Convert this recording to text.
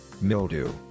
mildew